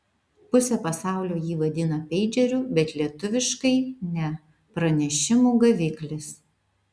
pusė pasaulio jį vadina peidžeriu bet lietuviškai ne pranešimų gaviklis